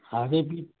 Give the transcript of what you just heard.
آگے بھی